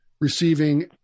receiving